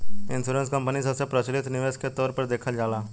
insurance company सबसे प्रचलित निवेश के तौर पर देखल जाला